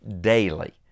daily